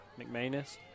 McManus